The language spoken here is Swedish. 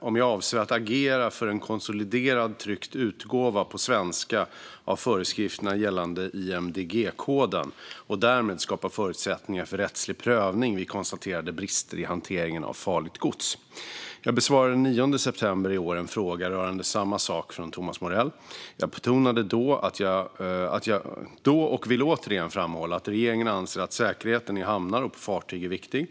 om jag avser att agera för en konsoliderad tryckt utgåva på svenska av föreskrifterna gällande IMDG-koden och därmed skapa förutsättningar för rättslig prövning vid konstaterade brister i hanteringen av farligt gods. Jag besvarade den 9 september i år en fråga rörande samma sak från Thomas Morell. Jag betonade då och vill återigen framhålla att regeringen anser att säkerheten i hamnar och på fartyg är viktig.